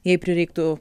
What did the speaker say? jei prireiktų